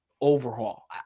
overhaul